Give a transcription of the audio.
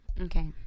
Okay